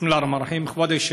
בסם אללה א-רחמאן א-רחים.